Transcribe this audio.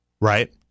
Right